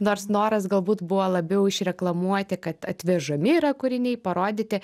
nors noras galbūt buvo labiau išreklamuoti kad atvežami yra kūriniai parodyti